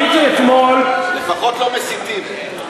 הייתי אתמול, לפחות לא מסיתים.